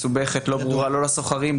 מסובכת ולא ברורה לא לשוכרים,